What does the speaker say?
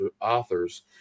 authors